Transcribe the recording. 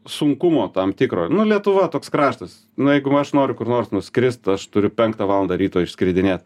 sunkumo tam tikro nu lietuva toks kraštas nu jeigu aš noriu kur nors nuskrist aš turiu penktą valandą ryto išskridinėt